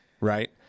Right